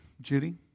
Judy